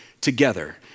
together